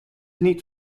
niet